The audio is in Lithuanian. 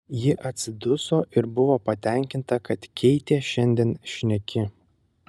ji atsiduso ir buvo patenkinta kad keitė šiandien šneki